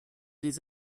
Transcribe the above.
des